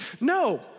No